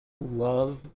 love